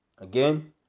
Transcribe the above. Again